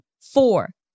four